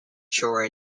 shore